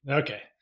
okay